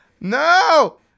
No